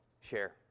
Share